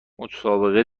مسابقه